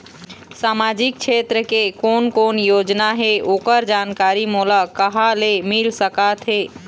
सामाजिक क्षेत्र के कोन कोन योजना हे ओकर जानकारी मोला कहा ले मिल सका थे?